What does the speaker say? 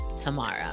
tomorrow